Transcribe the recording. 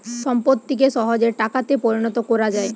সম্পত্তিকে সহজে টাকাতে পরিণত কোরা যায়